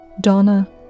Donna